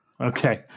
Okay